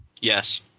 Yes